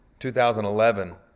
2011